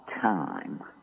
time